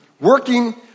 working